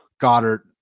Goddard